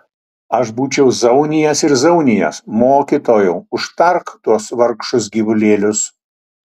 aš būčiau zaunijęs ir zaunijęs mokytojau užtark tuos vargšus gyvulėlius